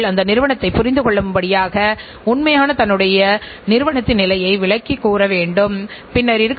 நிர்வாக கட்டுப்பாட்டு அமைப்பின் எதிர்காலங்களைப் பற்றி இப்போது நாம் பேசுகிறோம்